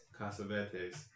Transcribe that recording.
Casavetes